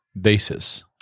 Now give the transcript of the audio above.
basis